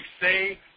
say